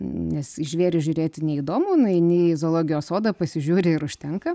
nes į žvėrį žiūrėti neįdomu nueini į zoologijos sodą pasižiūri ir užtenka